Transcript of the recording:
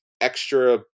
extra